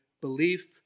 belief